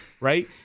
right